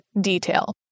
detail